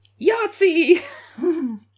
Yahtzee